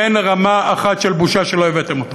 אין רמה אחת של בושה שלא הבאתם.